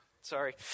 Sorry